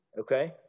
Okay